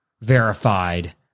verified